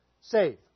save